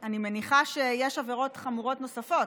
שאני מניחה שיש עבירות חמורות מאוד נוספות: